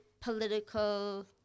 political